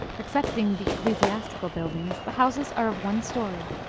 excepting the ecclesiastical buildings, the houses are of one story,